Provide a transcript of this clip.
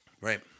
right